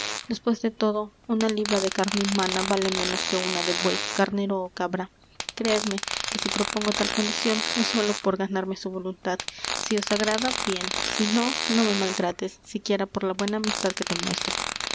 despues de todo una libra de carne humana vale menos que una de buey carnero ó cabra creedme que si propongo tal condicion es sólo por ganarme su voluntad si os agrada bien si no no me maltrates siquiera por la buena amistad que te muestro